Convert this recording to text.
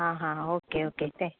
आं हां okay okay तें